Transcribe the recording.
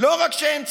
לא רק שאין צורך,